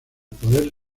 poder